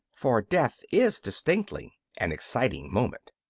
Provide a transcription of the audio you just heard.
for death is distinctly an exciting moment.